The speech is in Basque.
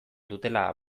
dutela